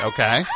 Okay